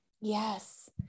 Yes